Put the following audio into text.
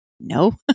no